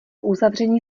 uzavření